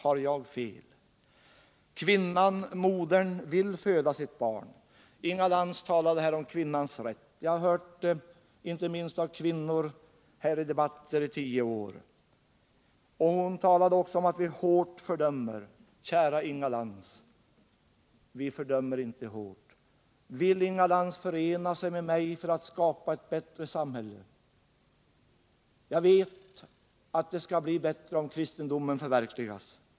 Har jag fel? Kvinnan-modern vill föda sitt barn! Inga Lantz talade här om kvinnans rätt. Jag har hört detta, inte minst av kvinnori debatter här, i tio år. Hon sade också att vi hårt fördömer. Kära Inga Lantz! Vi fördömer inte hårt. Vill Inga Lantz förena sig med mig för att skapa ett bättre samhälle? Jag vet att det kommer att bli bättre om kristendomen förverkligas.